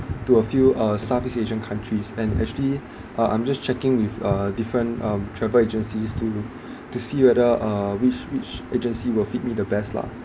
to a few uh southeast asian countries and actually uh I'm just checking with a different um travel agencies to to see whether uh which which agency will fit me the best lah